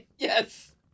Yes